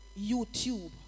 YouTube